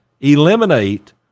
eliminate